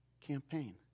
campaign